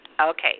Okay